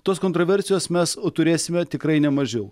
tos kontroversijos mes turėsime tikrai nemažiau